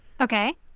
Okay